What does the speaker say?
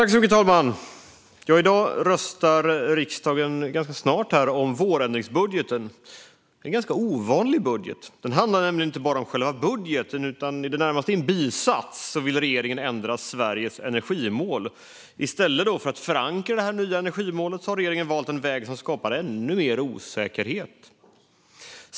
Fru talman! I dag röstar riksdagen om förslaget till vårändringsbudget. Det är en ganska ovanlig budget eftersom den inte bara handlar om själva budgeten, utan genom närmast en bisats vill regeringen ändra Sveriges energimål. I stället för att förankra det nya energimålet har regeringen valt en väg som skapar ännu mer osäkerhet.